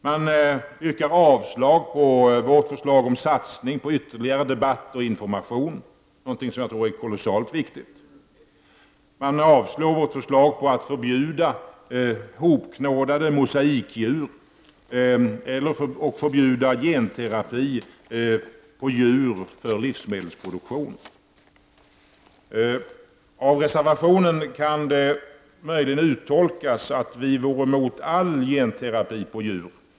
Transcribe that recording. Man yrkar avslag på vårt förslag om en satsning på ytterligare debatter och information, någonting som jag tror är kolossalt viktigt. Utskottet avstyrker vårt förslag att man skall förbjuda hopknådade mosaikdjur och förbjuda genterapi på djur för livsmedelsproduktion. Av reservationen kan man möjligen uttolka att vi reservanter är emot all genterapi på djur.